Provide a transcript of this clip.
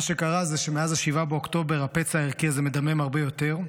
מה שקרה זה שמאז 7 באוקטובר הפצע הערכי הזה מדמם הרבה יותר,